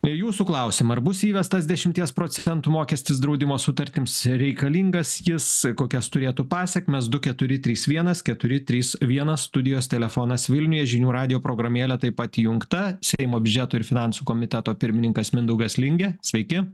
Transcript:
į jūsų klausimą ar bus įvestas dešimties procentų mokestis draudimo sutartims reikalingas jis kokias turėtų pasekmes du keturi trys vienas keturi trys vienas studijos telefonas vilniuje žinių radijo programėlė taip pat įjungta seimo biudžeto ir finansų komiteto pirmininkas mindaugas lingė sveiki